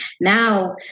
now